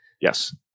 Yes